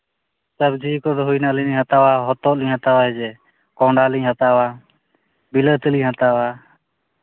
ᱥᱚᱵᱽᱡᱤ ᱠᱚᱫᱚ ᱦᱩᱭᱱᱟ ᱟᱹᱞᱤᱧ ᱞᱤᱧ ᱦᱟᱛᱟᱣᱟ ᱦᱚᱛᱚᱫ ᱞᱤᱧ ᱦᱟᱛᱟᱣᱟ ᱡᱮ ᱠᱚᱸᱰᱷᱟ ᱞᱤᱧ ᱦᱟᱛᱟᱣᱟ ᱵᱤᱞᱟᱹᱛᱤ ᱞᱤᱧ ᱦᱟᱛᱟᱣᱟ